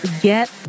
get